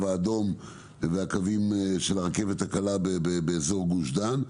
האדום והקווים של הרכבת הקלה באזור גוש דן.